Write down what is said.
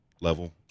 level